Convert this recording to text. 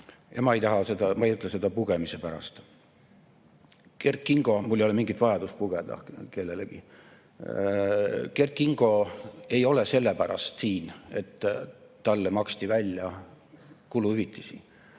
hulgas. Ja ma ei ütle seda pugemise pärast, mul ei ole mingit vajadust pugeda kellelegi. Kert Kingo ei ole sellepärast siin, et talle maksti välja kuluhüvitisi,